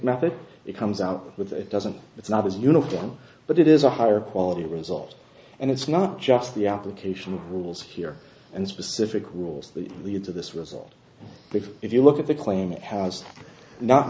that it comes out with it doesn't it's not as uniform but it is a higher quality result and it's not just the application of rules here and specific rules that lead to this result we've if you look at the claim it has not